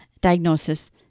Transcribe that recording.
diagnosis